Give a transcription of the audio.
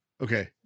Okay